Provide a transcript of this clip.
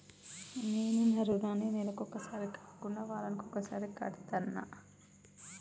నేను నా రుణాన్ని నెలకొకసారి కాకుండా వారానికోసారి కడ్తన్నా